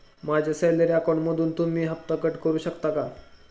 माझ्या सॅलरी अकाउंटमधून तुम्ही हफ्ता कट करू शकता का?